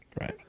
Right